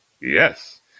Yes